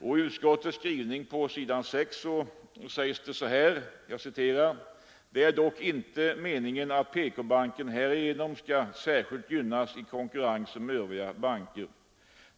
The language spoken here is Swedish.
I utskottets skrivning på s. 6 i betänkandet sägs: ”Det är dock inte meningen att PK-banken härigenom skall särskilt gynnas i konkurrensen med övriga banker.